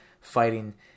fighting